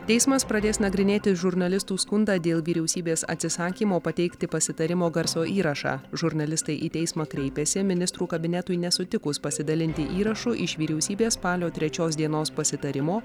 teismas pradės nagrinėti žurnalistų skundą dėl vyriausybės atsisakymo pateikti pasitarimo garso įrašą žurnalistai į teismą kreipėsi ministrų kabinetui nesutikus pasidalinti įrašu iš vyriausybės spalio trečios dienos pasitarimo